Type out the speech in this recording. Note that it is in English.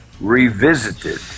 Revisited